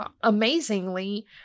Amazingly